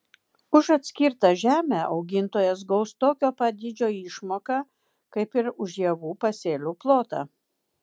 už atskirtą žemę augintojas gaus tokio pat dydžio išmoką kaip ir už javų pasėlių plotą